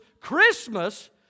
Christmas